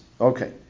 Okay